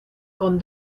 con